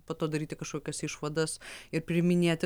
po to daryti kažkokias išvadas ir priiminėti